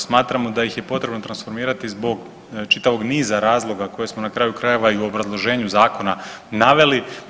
Smatramo da ih je potrebno transformirati zbog čitavog niza razloga koje smo na kraju krajeva i u obrazloženju zakona naveli.